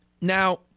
Now